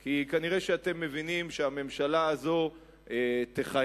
כי כנראה אתם מבינים שהממשלה הזו תכהן,